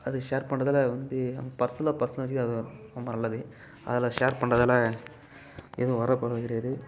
அதை ஷேர் பண்ணுறதால வந்து நம் பர்ஸ்ஸில் ரொம்ப நல்லது அதில் ஷேர் பண்ணுறதால எதுவும் வர போகிறது கிடையாது